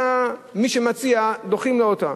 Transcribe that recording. ומי שמציע דוחים לו אותה.